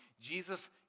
Jesus